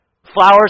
Flowers